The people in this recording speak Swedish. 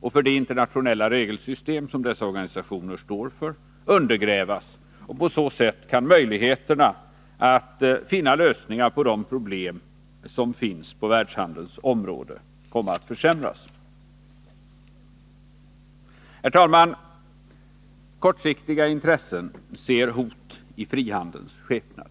och för det internationella regelsystem som dessa organisationer står för undergrävas, och på så sätt kan möjligheterna att finna lösningar på de problem som finns på världshandelns område komma att försämras. Herr talman! Kortsiktiga intressen ser hoten i frihandelns skepnad.